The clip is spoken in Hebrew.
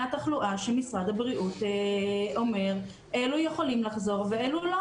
התחלואה שמשרד הבריאות אומר אלו יכולים ואלו לא.